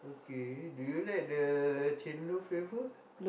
okay do you like the chendol flavour